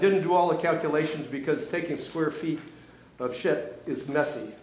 didn't do all the calculations because taking square feet of shit this mess